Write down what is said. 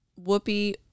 Whoopi